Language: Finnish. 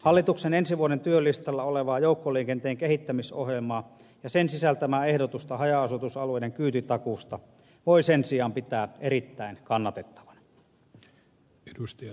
hallituksen ensi vuoden työlistalla olevaa joukkoliikenteen kehittämisohjelmaa ja sen sisältämää ehdotusta haja asutusalueiden kyytitakuusta voi sen sijaan pitää erittäin kannatettavana